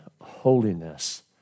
holiness